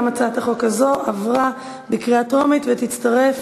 גם הצעת החוק הזאת עברה בקריאה טרומית ותצטרף